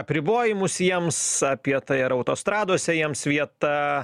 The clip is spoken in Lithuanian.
apribojimus jiems apie tai ar autostradose jiems vieta